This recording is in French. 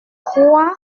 trois